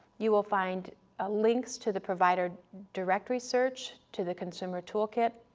you will find ah links to the provider directory search, to the consumer toolkit,